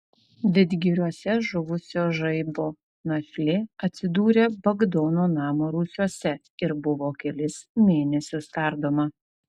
vidgiriuose žuvusio žaibo našlė atsidūrė bagdono namo rūsiuose ir buvo kelis mėnesius tardoma